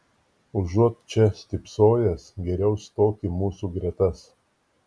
užuot čia stypsojęs geriau stok į mūsų gretas